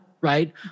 right